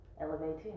Elevating